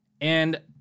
and-